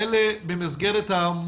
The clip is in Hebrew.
אדוני,